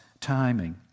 timing